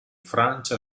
francia